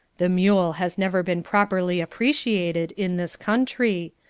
the mule has never been properly appreciated in this country.